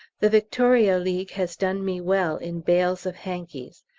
the victoria league has done me well in bales of hankies.